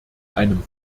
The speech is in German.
einem